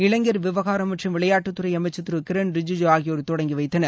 இளைஞர் விவகாரம் மற்றும் விளையாட்டுத்துறை அமைச்சர் திரு கிரிண் ரிஜிஜூ ஆகியோர் தொடங்கி வைத்தனர்